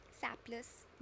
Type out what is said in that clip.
Sapless